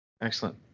Excellent